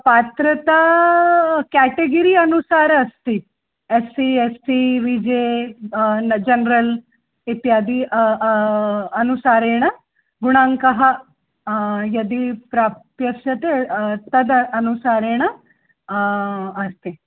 पात्रता केटगेरी अनुसारः अस्ति S C S T V J general इत्यादि अनुसारेण गुणाङ्कः यदि प्राप्स्यते तद् अनुसारेण अस्ति